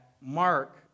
Mark